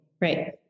Right